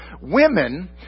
women